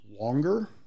longer